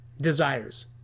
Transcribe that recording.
desires